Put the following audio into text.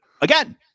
again